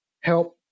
help